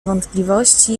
wątpliwości